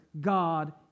God